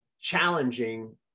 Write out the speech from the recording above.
challenging